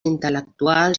intel·lectuals